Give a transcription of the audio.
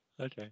okay